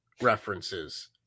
references